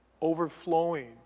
overflowing